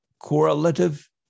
Correlative